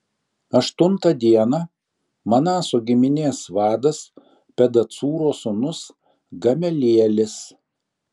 aštuntą dieną manaso giminės vadas pedacūro sūnus gamelielis